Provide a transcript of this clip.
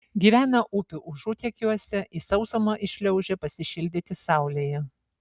gyvena upių užutekiuose į sausumą iššliaužia pasišildyti saulėje